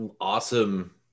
awesome